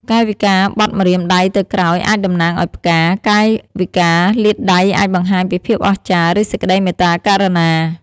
កាយវិការបត់ម្រាមដៃទៅក្រោយអាចតំណាងឱ្យផ្កា កាយវិការលាតដៃអាចបង្ហាញពីភាពអស្ចារ្យ ឬសេចក្ដីមេត្តាករុណា។